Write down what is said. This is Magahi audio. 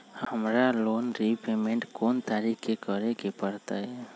हमरा लोन रीपेमेंट कोन तारीख के करे के परतई?